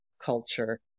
culture